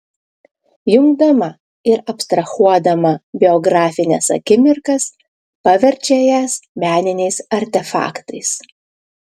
jungdama ir abstrahuodama biografines akimirkas paverčia jas meniniais artefaktais